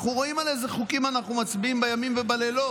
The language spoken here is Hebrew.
אנחנו רואים על איזה חוקים אנחנו מצביעים בימים ובלילות.